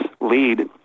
lead